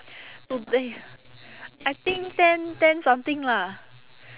today I think ten ten something lah